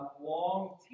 long